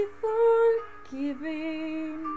forgiving